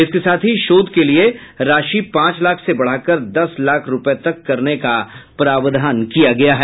इसके साथ ही शोध के लिये राशि पांच लाख से बढ़ाकर दस लाख रूपये तक करने का प्रावधान किया गया है